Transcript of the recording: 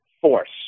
Force